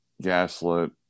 gaslit